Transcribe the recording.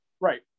Right